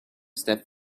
step